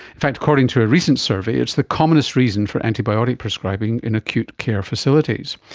in fact according to a recent survey it's the commonest reason for antibiotic prescribing in acute-care facilities.